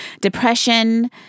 Depression